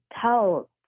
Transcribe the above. tell